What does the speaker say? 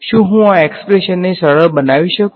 શું હું આ એક્સપ્રેશનને સરળ બનાવી શકું